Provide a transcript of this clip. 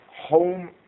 home